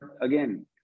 again